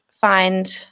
find